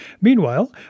Meanwhile